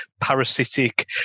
parasitic